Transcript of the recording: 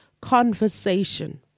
conversation